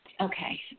okay